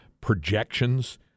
projections